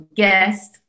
guest